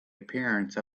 appearance